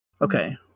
Okay